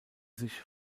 sich